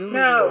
no